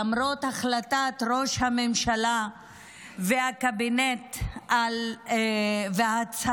למרות החלטת ראש הממשלה והקבינט וההצהרה